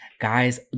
guys